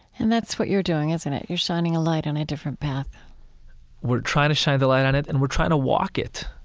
and that's what you're doing, isn't it? you're shining a light on a different path we're trying to shine the light on it, and we're trying to walk it.